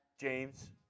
James